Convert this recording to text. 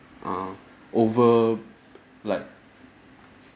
err over like